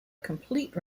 complete